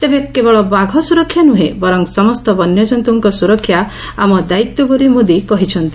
ତେବେ କେବଳ ବାଘ ସୁରକ୍ଷା ନୁହେଁ ବରଂ ସମସ୍ତ ବନ୍ୟଜନ୍ତୁଙ୍କ ସୁରକ୍ଷା ଆମ ଦାୟିତ୍ୱ ବୋଲି ମୋଦି କହିଛନ୍ତି